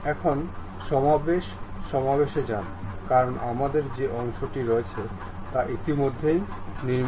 এখন সমাবেশে যান কারণ আমাদের যে অংশটি রয়েছে তা ইতিমধ্যেই নির্মিত